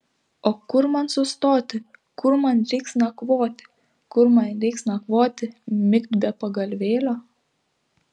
o kur man sustoti kur man reiks nakvoti kur man reiks nakvoti migt be pagalvėlio